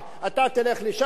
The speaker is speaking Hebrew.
את זה תקבל מפה,